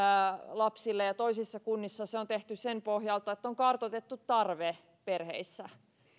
lapsille ja toisissa kunnissa se on tehty sen pohjalta että on kartoitettu tarve perheissä